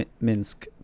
Minsk